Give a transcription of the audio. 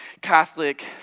Catholic